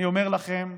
אני אומר לכם,